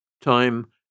Time